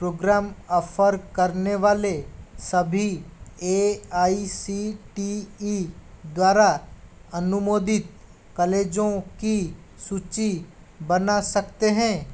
programme offer करने वाले सभी A I C T E द्वारा अनुमोदित कॉलेजों की सूची बना सकते हैं